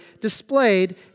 displayed